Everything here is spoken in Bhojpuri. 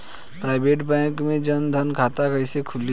प्राइवेट बैंक मे जन धन खाता कैसे खुली?